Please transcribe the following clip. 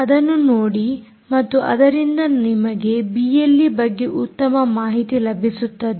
ಅದನ್ನು ನೋಡಿ ಮತ್ತು ಅದರಿಂದ ನಿಮಗೆ ಬಿಎಲ್ಈ ಬಗ್ಗೆ ಉತ್ತಮ ಮಾಹಿತಿ ಲಭಿಸುತ್ತದೆ